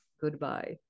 Goodbye